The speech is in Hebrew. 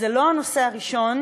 זה לא הנושא הראשון,